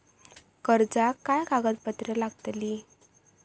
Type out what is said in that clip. कर्जाक काय कागदपत्र लागतली?